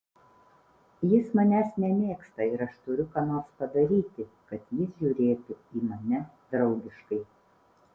jis manęs nemėgsta ir aš turiu ką nors padaryti kad jis žiūrėtų į mane draugiškai